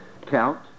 count